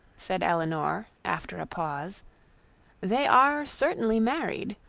said elinor, after a pause they are certainly married.